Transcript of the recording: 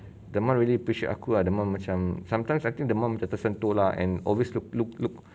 the mum really appreciate aku ah the mum macam sometimes I think the mum dia tersentuh lah and always look look look